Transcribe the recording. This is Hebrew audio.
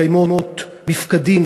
מקיימות מפקדים,